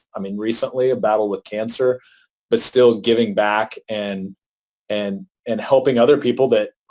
i mean, recently a battle with cancer but still giving back and and and helping other people that,